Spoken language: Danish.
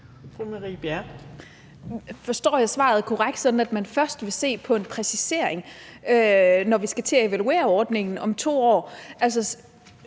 Skal jeg forstå svaret sådan, at man først vil se på en præcisering, når vi skal til at evaluere ordningen om 2 år